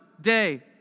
day